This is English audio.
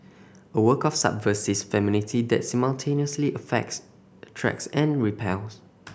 a work of subversive femininity that simultaneously effects attracts and repels